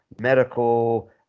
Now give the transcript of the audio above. medical